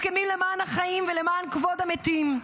הסכמים למען החיים ולמען כבוד המתים,